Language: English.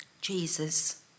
Jesus